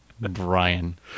Brian